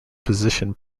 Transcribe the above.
position